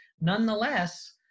nonetheless